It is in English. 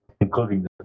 including